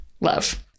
Love